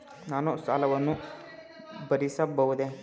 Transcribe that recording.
ನಾನು ಸಾಲವನ್ನು ಭರಿಸಬಹುದೇ?